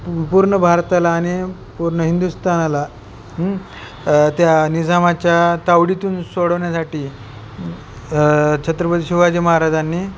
पू पूर्ण भारताला आणि पूर्ण हिंदुस्तानाला त्या निझामाच्या तावडीतून सोडवण्यासाठी छत्रपती शिवाजी महाराजांनी